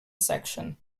section